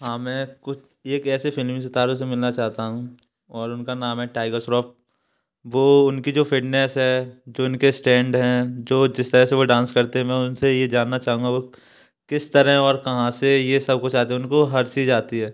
हाँ मैं कुछ एक ऐसे फिल्मी सितारों से मिलना चाहता हूँ और उनका नाम है टाइगर श्रॉफ वो उनकी जो फिटनेस है जो उनके स्ट्रेंड हैं जो जिस तरह से वो डांस करते है मैं उनसे ये जानना चाहूँगा वो किस तरह और कहाँ से ये सब कुछ आती उनको हर चीज आती है